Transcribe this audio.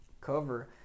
cover